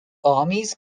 armies